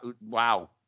wow